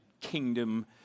Kingdom